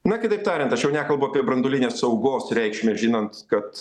na kitaip tariant aš jau nekalbu apie branduolinės saugos reikšmę žinant kad